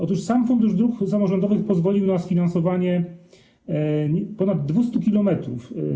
Otóż sam Fundusz Dróg Samorządowych pozwolił na sfinansowanie ponad 200 km dróg.